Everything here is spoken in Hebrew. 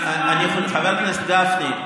חבר הכנסת גפני,